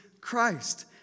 Christ